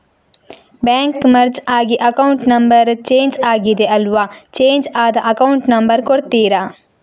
Bank merge ಆಗಿ account number change ಆಗಿದೆ ಅಲ್ವಾ, ಚೇಂಜ್ ಆದ ಅಕೌಂಟ್ ನಂಬರ್ ಕೊಡ್ತೀರಾ?